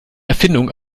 erfindung